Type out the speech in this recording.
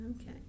Okay